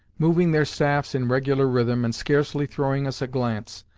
moving their staffs in regular rhythm, and scarcely throwing us a glance,